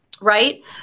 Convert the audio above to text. right